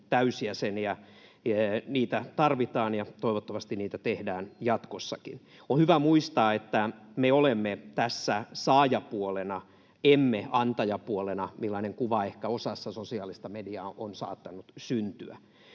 täysjäsen. Niitä tarvitaan ja toivottavasti niitä tehdään jatkossakin. On hyvä muistaa, että me olemme tässä saajapuolena — emme antajapuolena, millainen kuva ehkä osassa sosiaalista mediaa on saattanut syntyä.